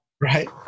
right